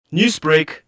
Newsbreak